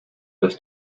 los